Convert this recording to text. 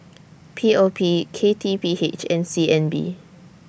P O P K T P H and C N B